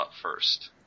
First